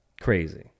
Crazy